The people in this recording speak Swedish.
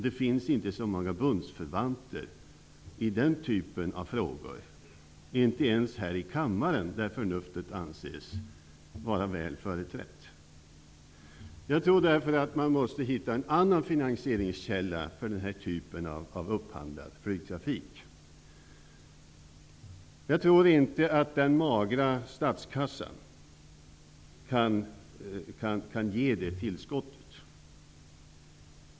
Det finns inte så många bundsförvanter i den typen av frågor, inte ens här i kammaren, där förnuftet anses vara väl företrätt. Jag tror därför att man måste hitta en annan finansieringskälla för den här typen av upphandlad flygtrafik. Jag tror inte att den magra statskassan kan ge det tillskottet.